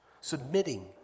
submitting